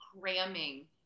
cramming